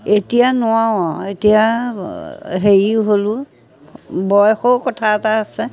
এতিয়া নোৱাৰোঁ আৰু এতিয়া হেৰিও হ'লোঁ বয়সও কথা এটা আছে